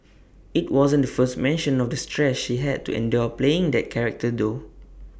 IT wasn't the first mention of the stress she had to endure playing that character though